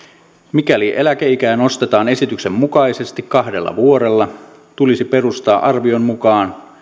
mikäli eläkeikää nostetaan esityksen mukaisesti kahdella vuodella tulisi perustaa arvion mukaan